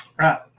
Right